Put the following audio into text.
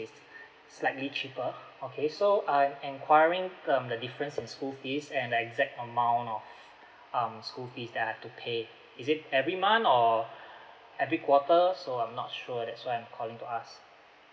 slightly cheaper okay so I'm enquiring um the difference in school fees and the exact amount of um school fees that I have to pay is it every month or every quarter so I'm not sure that's why I'm calling to ask